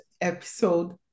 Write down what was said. episode